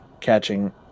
catching